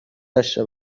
داشه